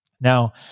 Now